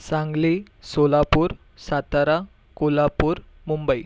Sangli Solapur Satara Kolhapur Mumbai